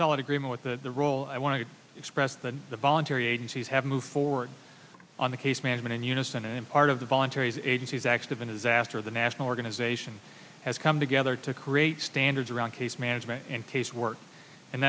solid agreement with the role i want to express that the voluntary agencies have moved forward on the case management in unison and part of the voluntary agencies active in his after the national organization has come together to create standards around case management and case work and